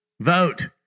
Vote